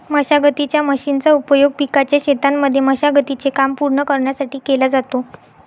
मशागतीच्या मशीनचा उपयोग पिकाच्या शेतांमध्ये मशागती चे काम पूर्ण करण्यासाठी केला जातो